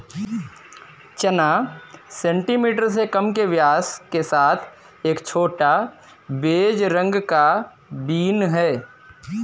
चना सेंटीमीटर से कम के व्यास के साथ एक छोटा, बेज रंग का बीन है